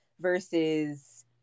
versus